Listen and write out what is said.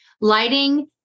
Lighting